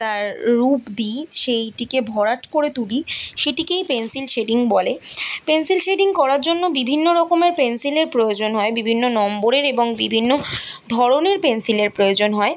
তার রূপ দিই সেইটিকে ভরাট করে তুলি সেটিকেই পেন্সিল শেডিং বলে পেন্সিল শেডিং করার জন্য বিভিন্ন রকমের পেন্সিলের প্রয়োজন হয় বিভিন্ন নম্বরের এবং বিভিন্ন ধরনের পেন্সিলের প্রয়োজন হয়